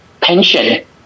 pension